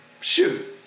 shoot